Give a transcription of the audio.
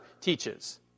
teaches